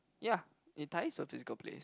ya it ties to a physical place